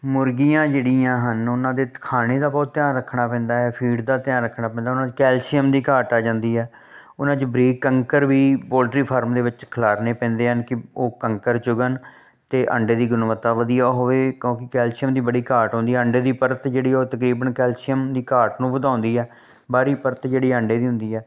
ਮੁਰਗੀਆਂ ਜਿਹੜੀਆਂ ਹਨ ਉਹਨਾਂ ਦੇ ਖਾਣੇ ਦਾ ਬਹੁਤ ਧਿਆਨ ਰੱਖਣਾ ਪੈਂਦਾ ਹੈ ਫੀਡ ਦਾ ਧਿਆਨ ਰੱਖਣਾ ਪੈਂਦਾ ਉਹਨਾਂ ਨੂੰ ਕੈਲਸ਼ੀਅਮ ਦੀ ਘਾਟ ਆ ਜਾਂਦੀ ਹੈ ਉਹਨਾਂ 'ਚ ਬਰੀਕ ਕੰਕਰ ਵੀ ਪੋਲਟਰੀ ਫਾਰਮ ਦੇ ਵਿੱਚ ਖਿਲਾਰਨੇ ਪੈਂਦੇ ਹਨ ਕਿ ਉਹ ਕੰਕਰ ਚੁਗਣ ਅਤੇ ਅੰਡੇ ਦੀ ਗੁਣਵੱਤਾ ਵਧੀਆ ਹੋਵੇ ਕਿਉਂਕਿ ਕੈਲਸ਼ੀਅਮ ਦੀ ਬੜੀ ਘਾਟ ਆਉਂਦੀ ਅੰਡੇ ਦੀ ਪਰਤ ਜਿਹੜੀ ਉਹ ਤਕਰੀਬਨ ਕੈਲਸ਼ੀਅਮ ਦੀ ਘਾਟ ਨੂੰ ਵਧਾਉਂਦੀ ਹੈ ਬਾਹਰੀ ਪਰਤ ਜਿਹੜੀ ਅੰਡੇ ਦੀ ਹੁੰਦੀ ਹੈ